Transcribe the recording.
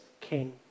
king